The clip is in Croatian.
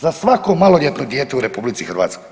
Za svako maloljetne dijete u RH.